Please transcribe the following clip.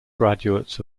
graduates